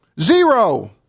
Zero